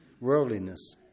Worldliness